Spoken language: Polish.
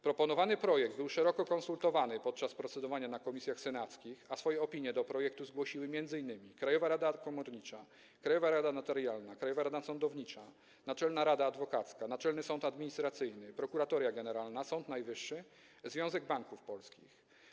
Proponowany projekt był szeroko konsultowany podczas procedowania w komisjach senackich, a swoje opinie do projektu zgłosiły m.in.: Krajowa Rada Komornicza, Krajowa Rada Notarialna, Krajowa Rada Sądownictwa, Naczelna Rada Adwokacka, Naczelny Sąd Administracyjny, Prokuratoria Generalna, Sąd Najwyższy, Związek Banków Polskich.